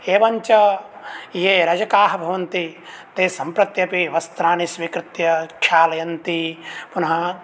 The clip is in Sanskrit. एवञ्च ये रजकाः भवन्ति ते सम्प्रत्यपि वस्त्राणि स्वीकृत्य ख्यालयन्ति पुनः तत्